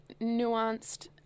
nuanced